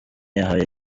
yahaye